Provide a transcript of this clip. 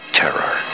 terror